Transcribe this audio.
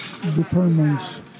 determines